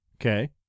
Okay